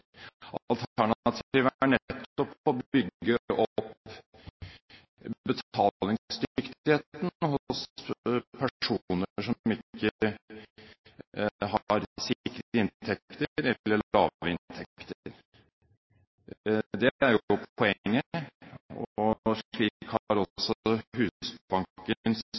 Alternativet er nettopp å bygge opp betalingsdyktigheten hos personer som ikke har sikre inntekter, eller som har lave inntekter. Det er jo